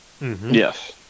yes